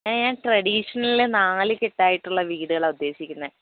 ഞാൻ ട്രഡീഷണൽ നാലുകെട്ടായിട്ടുള്ള വീടുകളാണ് ഉദ്ദേശിക്കുന്നത്